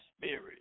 spirit